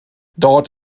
dort